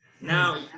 Now